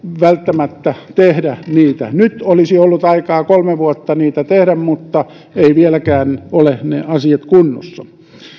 välttämättä tehdä niitä lakeja nyt olisi ollut aikaa kolme vuotta niitä tehdä mutta eivät vieläkään ole ne asiat kunnossa